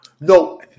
No